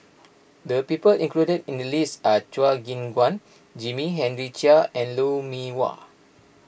the people included in the list are Chua Gim Guan Jimmy Henry Chia and Lou Mee Wah